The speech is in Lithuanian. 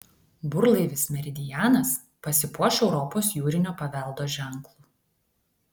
burlaivis meridianas pasipuoš europos jūrinio paveldo ženklu